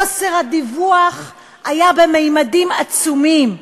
חוסר הדיווח היה בממדים עצומים,